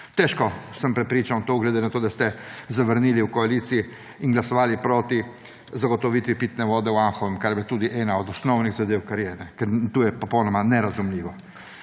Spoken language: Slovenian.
Težko sem prepričan v to glede na to, da ste zavrnili v koaliciji in glasovali proti zagotovitvi pitne vode v Anhovem, kar je bila tudi ena od osnovnih zadev. Ker to je popolnoma nerazumljivo.